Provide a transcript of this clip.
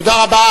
תודה רבה.